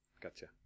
Gotcha